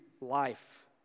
life